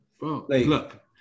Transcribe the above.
Look